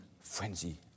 frenzy